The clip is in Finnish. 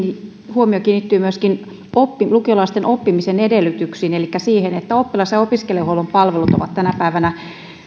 huomio kiinnittyy myöskin lukiolaisten oppimisen edellytyksiin elikkä siihen että oppilas ja opiskelijahuollon palvelut ovat tänä päivänä